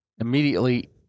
immediately